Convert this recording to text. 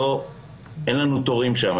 אין לנו תורים שם,